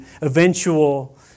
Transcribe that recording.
eventual